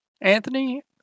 Anthony